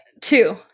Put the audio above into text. Two